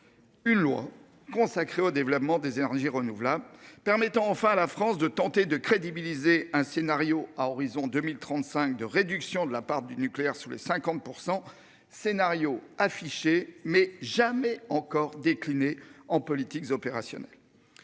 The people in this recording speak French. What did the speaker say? Une loi consacré au développement des énergies renouvelables permettant enfin à la France de tenter de crédibiliser un scénario à horizon 2035 de réduction de la part du nucléaire sous les 50%. Scénario affiché mais jamais encore décliné en politique opérationnel.